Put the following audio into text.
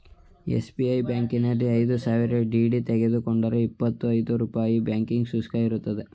SBI ಬ್ಯಾಂಕಿನಲ್ಲಿ ಐದು ಸಾವಿರ ಡಿ.ಡಿ ತೆಗೆದುಕೊಂಡರೆ ಇಪ್ಪತ್ತಾ ಐದು ರೂಪಾಯಿ ಬ್ಯಾಂಕಿಂಗ್ ಶುಲ್ಕ ಇರುತ್ತದೆ